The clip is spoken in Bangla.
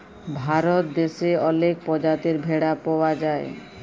ভারত দ্যাশে অলেক পজাতির ভেড়া পাউয়া যায়